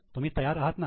तुम्ही तयार आहात ना